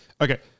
Okay